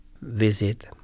visit